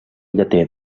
lleter